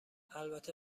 البته